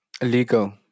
Illegal